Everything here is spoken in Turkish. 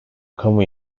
kamu